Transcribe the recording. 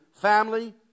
family